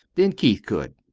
then keith could.